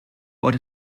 bod